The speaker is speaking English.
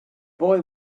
boy